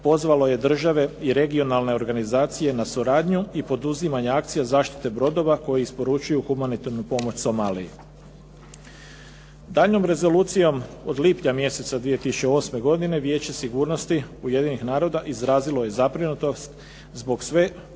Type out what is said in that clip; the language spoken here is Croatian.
pozvalo je države i regionalne organizacije na suradnju i poduzimanju akcije zaštite brodova koji isporučuju humanitarnu pomoć Somaliji. Daljnjom rezolucijom od lipnja mjeseca 2008. godine Vijeće sigurnosti Ujedinjenih naroda izrazilo je zabrinutost zbog sve učestalijeg